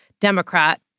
Democrat